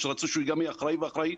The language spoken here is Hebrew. שרצו שהוא גם יהיה אחראי ואחראי.